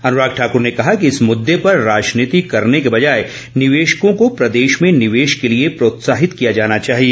अनुराग ठाकुर ने कहा कि इस मुद्दे पर राजनीति करने के बजाए निवेशकों को प्रदेश में निवेश के लिए प्रोत्साहित किया जाना चाहिए